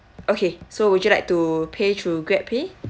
okay so would you like to pay through GrabPay